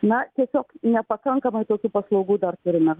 na tiesiog nepakankamai tokių paslaugų dar turime